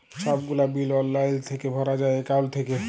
ছব গুলা বিল অললাইল থ্যাইকে ভরা যায় একাউল্ট থ্যাইকে